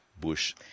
Bush